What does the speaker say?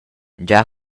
gia